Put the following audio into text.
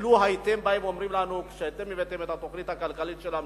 לו באתם ואמרתם לנו כשהבאתם את התוכנית הכלכלית של הממשלה,